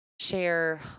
share